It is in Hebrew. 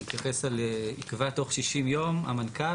שמתייחס על יקבע תוך 60 יום המנכ"ל,